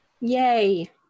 Yay